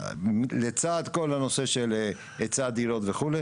לצד כל הנושא של היצע הדירות וכו',